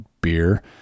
Beer